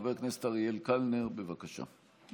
חבר הכנסת אריאל קלנר, בבקשה.